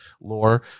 lore